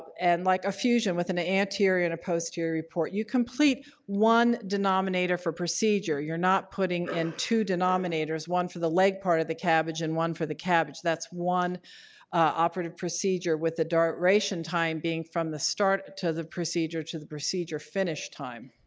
and like a fusion with an anterior and a posterior report. you complete one denominator for procedure. you're not putting in two denominators one for the leg part of the cabg and one for the cabg. that's one operative procedure with a duration time being from the start to the procedure to the procedure finish time.